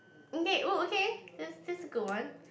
okay oh okay that's that's a good one